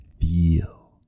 feel